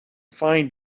find